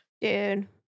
Dude